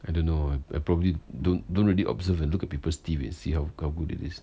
I don't know uh I probably don't don't really observe uh look at people's teeth and see how how good it is